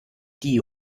die